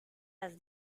las